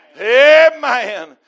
Amen